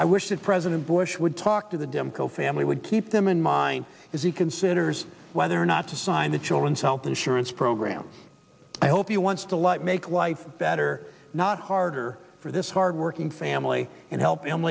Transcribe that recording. i wish that president bush would talk to the dem co family would keep them in mind as he considers whether or not to sign the children's health insurance program i hope you want to like make life better not harder for this hard working family in help